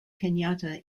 kenyatta